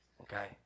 okay